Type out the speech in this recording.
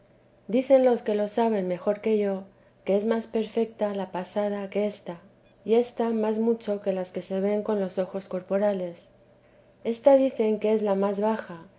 dicen los que lo saben mejor que yo que es más perfeta la pasada que ésta y ésta más mucho que las que se ven con los ojos corporales esta dicen que es la más baja